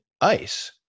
ice